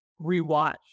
rewatched